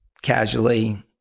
casually